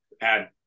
add